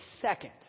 second